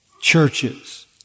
churches